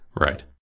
Right